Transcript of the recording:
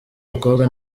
mukobwa